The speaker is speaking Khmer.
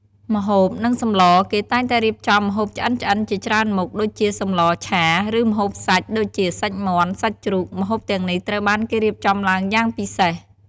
ម្ហូប និងសម្ល គេតែងតែរៀបចំម្ហូបឆ្អិនៗជាច្រើនមុខ ដូចជាសម្លរឆា ឬ ម្ហូបសាច់ ដូចជា សាច់មាន់ សាច់ជ្រូក ម្ហូបទាំងនេះត្រូវបានគេរៀបចំឡើងយ៉ាងពិសេស។